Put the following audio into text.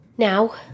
Now